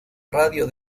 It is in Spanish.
radio